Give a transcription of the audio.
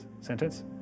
sentence